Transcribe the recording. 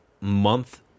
month